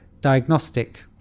diagnostic